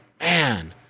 man